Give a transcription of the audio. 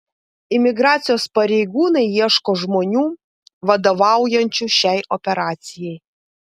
imigracijos pareigūnai ieško žmonių vadovaujančių šiai operacijai